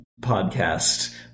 podcast